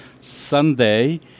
Sunday